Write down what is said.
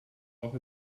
auch